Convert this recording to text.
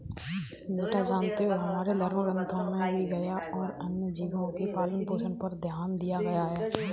बेटा जानते हो हमारे धर्म ग्रंथों में भी गाय और अन्य जीव के पालन पोषण पर ध्यान दिया गया है